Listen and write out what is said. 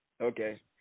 Okay